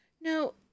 No